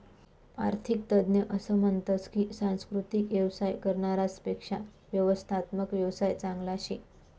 आरर्थिक तज्ञ असं म्हनतस की सांस्कृतिक येवसाय करनारास पेक्शा व्यवस्थात्मक येवसाय चांगला शे